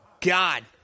God